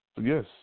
Yes